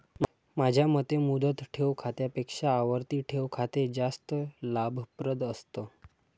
माझ्या मते मुदत ठेव खात्यापेक्षा आवर्ती ठेव खाते जास्त लाभप्रद असतं